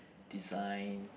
design